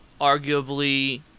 arguably